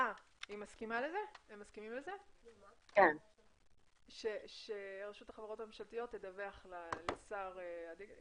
הם מסכימים לזה שרשות החברות הממשלתיות תדווח לשר הדיגיטל?